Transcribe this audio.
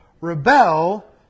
rebel